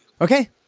Okay